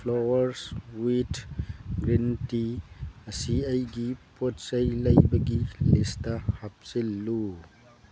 flower with green tea ꯑꯁꯤ ꯑꯩꯒꯤ ꯄꯣꯠ ꯆꯩ ꯂꯩꯕꯒꯤ ꯂꯤꯁꯇ ꯍꯥꯞꯆꯤꯜꯂꯨ